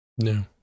No